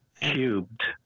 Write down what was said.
Cubed